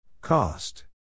Cost